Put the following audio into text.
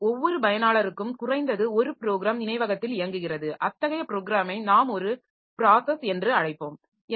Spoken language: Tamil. மேலும் ஒவ்வொரு பயனாளருக்கும் குறைந்தது ஒரு ப்ரோகிராம் நினைவகத்தில் இயங்குகிறது அத்தகைய ப்ரோக்கிராமை நாம் ஒரு பிராஸஸ் என்று அழைப்போம்